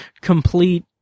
complete